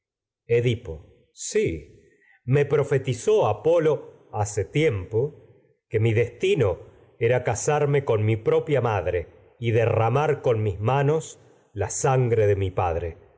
se entere me profetizó con edipo si apolo hace tiempo que mi destino era casarme mi propia madre y derramar con mis manos la sangre de mi padre